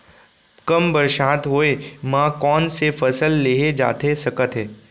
कम बरसात होए मा कौन से फसल लेहे जाथे सकत हे?